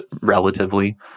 relatively